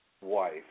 Wife